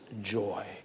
joy